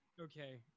okay